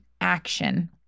action